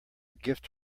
gift